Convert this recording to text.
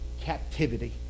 captivity